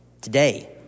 today